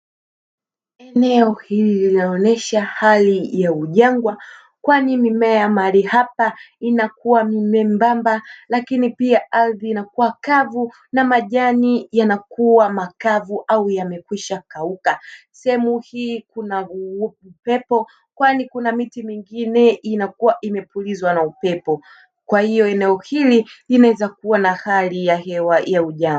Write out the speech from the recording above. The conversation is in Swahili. Eneo hili linaonesha hali ya ujangwa kwani mimea mahali hapa inakuwa ni miembamba lakini pia ardhi inakuwa kavu na majani yanakuwa makavu au yamekwisha kauka. Sehemu hii kuna upepo kwani kuna miti mingine inakuwa imepulizwa na upepo kwahiyo eneo hili linaweza kuwa na hali ya hewa ya ujangwa.